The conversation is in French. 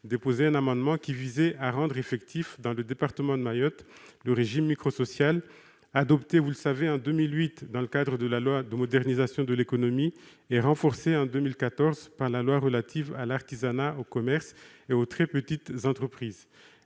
déposé un amendement visant à rendre effectif dans le département de Mayotte le régime microsocial, adopté, vous le savez, en 2008 dans le cadre de la loi de modernisation de l'économie et renforcé en 2014 dans la loi relative à l'artisanat, au commerce et aux très petites entreprises.